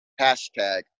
hashtag